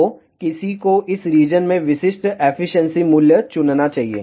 तो किसी को इस रीजन में विशिष्ट एफिशिएंसी मूल्य चुनना चाहिए